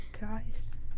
guys